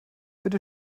bitte